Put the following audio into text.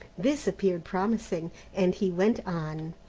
this appeared promising and he went on,